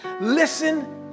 Listen